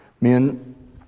Men